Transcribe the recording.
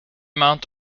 mount